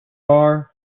bar